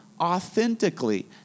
authentically